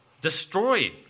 destroy